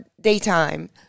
daytime